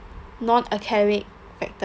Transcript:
non academic factor